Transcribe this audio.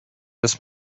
this